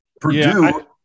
Purdue